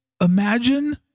imagine